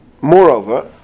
moreover